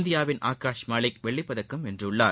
இந்தியாவின் ஆகாஷ் மாலிக் வெள்ளிப்பதக்கம் வென்றுள்ளார்